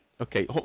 Okay